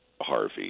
harvey